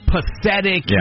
pathetic